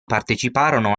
parteciparono